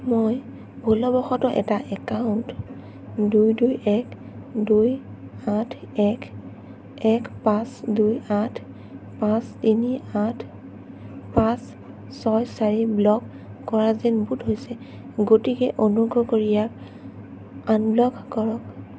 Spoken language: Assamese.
মই ভুলবশতঃ এটা একাউণ্ট দুই দুই এক দুই আঠ এক এক পাঁচ দুই আঠ পাঁচ তিনি আঠ পাঁচ ছয় চাৰি ব্ল'ক কৰা যেন বোধ হৈছে গতিকে অনুগ্ৰহ কৰি ইয়াক আনব্ল'ক কৰক